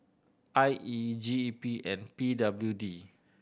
I E G E P and P W D